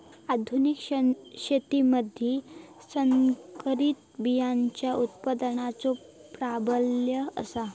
आधुनिक शेतीमधि संकरित बियाणांचो उत्पादनाचो प्राबल्य आसा